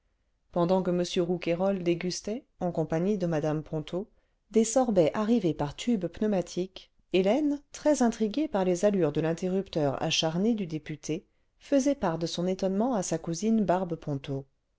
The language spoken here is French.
pendant que m rouquayrol dégustait en compagnie de mmc ponto des sorbets arrivés par tube jmeuniatique hélène très intriguée par les allures de l'interrupteur acharné du député faisait part de son étonnement à sa cousine barbe ponto